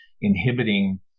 inhibiting